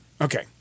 Okay